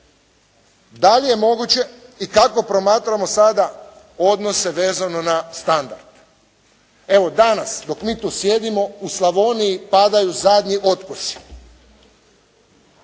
Da li je moguće i kako promatramo sada odnose vezano za standard? Evo, danas dok mi tu sjedimo u Slavoniji padaju zadnji otkosi,